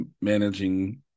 managing